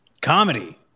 Comedy